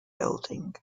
building